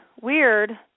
weird